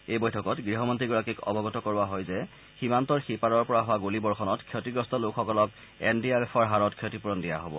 এই বৈঠকত গৃহ মন্ত্ৰীগৰাকীক অৱগত কৰোৱা হয় যে সীমান্তৰ সিপাৰৰ পৰা হোৱা গুলীবৰ্ষণত ক্ষতিগ্ৰস্ত লোকসকলক এন ডি আৰ এফৰ হাৰত ক্ষতিপূৰণ দিয়া হ'ব